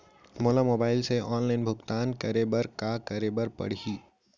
मोला मोबाइल से ऑनलाइन भुगतान करे बर का करे बर पड़ही?